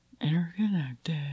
interconnected